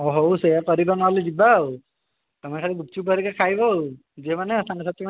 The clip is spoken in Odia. ହଁ ହୋଉ ସେଇଆ କରିବା ନହେଲେ ଯିବା ଆଉ ତମେ ଖାଲି ଗୁପ୍ଚୁପ୍ ହେରିକା ଖାଇବା ଝିଅମାନେ ସାଙ୍ଗସାଥିମାନେ